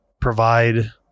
provide